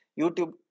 YouTube